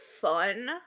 fun